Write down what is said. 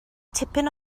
tipyn